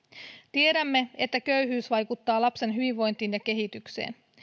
tiedämme että köyhyys vaikuttaa lapsen hyvinvointiin ja kehitykseen ja